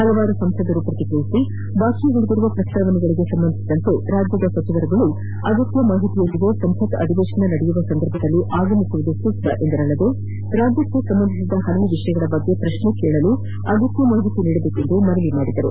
ಹಲವಾರು ಸಂಸದರು ಪ್ರತಿಕ್ರಿಯಿಸಿ ಬಾಕಿ ಉಳಿದಿರುವ ಪ್ರಸ್ತಾವನೆಗಳಿಗೆ ಸಂಬಂಧಿಸಿದಂತೆ ರಾಜ್ಯದ ಸಚಿವರುಗಳು ಅಗತ್ಯ ಮಾಹಿತಿಯೊಂದಿಗೆ ಸಂಸತ್ ಅಧಿವೇಶನ ನಡೆಯುವ ಸಂದರ್ಭದಲ್ಲಿ ಆಗಮಿಸುವುದು ಸೂಕ್ತ ಎಂದರಲ್ಲದೆ ರಾಜ್ಯಕ್ಕೆ ಸಂಬಂಧಿಸಿದ ಹಲವು ವಿಷಯಗಳ ಬಗ್ಗೆ ಪ್ರಶ್ನೆ ಕೇಳಲು ಅಗತ್ಯ ಮಾಹಿತಿ ನೀದಬೇಕೆಂದು ಮನವಿ ಮಾಡಿದರು